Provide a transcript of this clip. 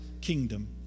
kingdom